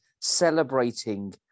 celebrating